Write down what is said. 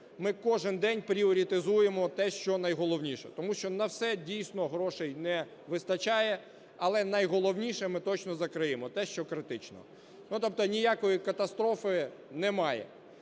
ми кожен день пріоритезуємо те, що найголовніше, тому що на все, дійсно, грошей не вистачає. Але, найголовніше, ми точно закриємо те, що критично. Ну, тобто ніякої катастрофи немає.